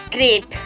Great